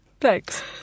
Thanks